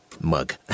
mug